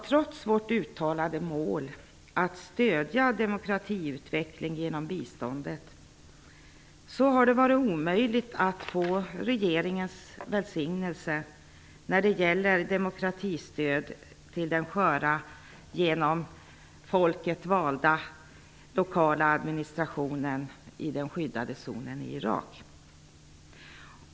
Trots vårt uttalade mål att stödja demokratiutveckling genom biståndet har det varit omöjligt att få regeringens välsignelse när det gäller demokratistöd till den sköra, av folket valda lokala administrationen i den skyddade zonen i Irak.